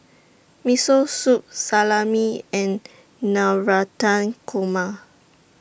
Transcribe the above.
Miso Soup Salami and Navratan Korma